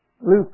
Luke